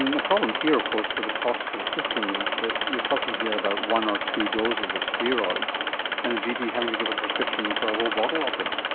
the problem here of course for the cost for the system is that you're talking here about one or two doses of steroids and a gp having to give a prescription for a whole bottle of them.